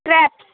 crabs